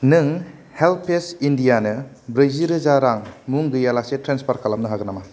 नों हेल्पेज इन्डियानो ब्रैजि रोजा रां मुं गैयालासै ट्रेन्सफार खालामनो हागोन नामा